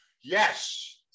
yes